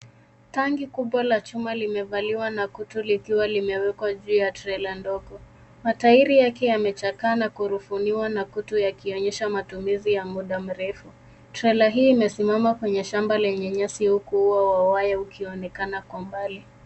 Tanki kubwa la chuma limevaliwa na kutu likiwa limewekwa juu ya trela ndogo, matairi yamechakaa na kurufuniwa na kutu yakionyesha matumizi ya muda mrefu, trela hii imesimama kwenye shamba lenye nyasi.